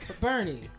Bernie